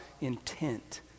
intent